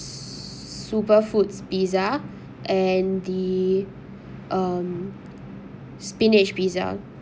super foods pizza and the um spinach pizza